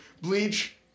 Bleach